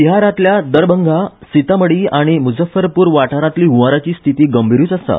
बिहारांतल्या दरभंगा सितामडी आनी मुझफ्फरपूर वाठारांतली हंवाराची स्थिती गंभीरूच आसा